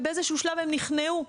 ובאיזשהו שלב הם נכנעו.